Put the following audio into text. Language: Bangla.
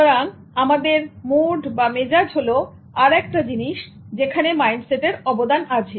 সুতরাং আমাদের মুড বা মেজাজ হলো আরেকটা জিনিস যেখানে মাইন্ডসেটের অবদান আছে